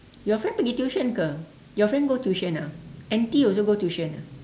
your friend pergi tuition ke your friend go tuition ah N_T also go tuition ah